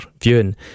viewing